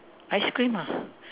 ice cream ah